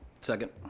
Second